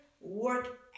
work